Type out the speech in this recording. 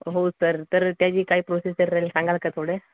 हो सर तर त्याची काय प्रोसेजर राहील सांगाल का थोडे